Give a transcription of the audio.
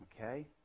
Okay